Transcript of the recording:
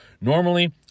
Normally